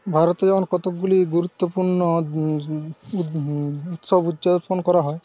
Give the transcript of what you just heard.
ভারতে যেমন কতকগুলি গুরুত্বপূর্ণ উৎসব উদ্যাপন করা হয়